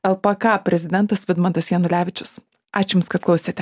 lpk prezidentas vidmantas janulevičius ačiū jums kad klausėte